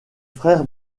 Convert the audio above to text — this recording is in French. frères